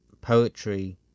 Poetry